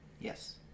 Yes